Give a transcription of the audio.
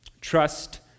Trust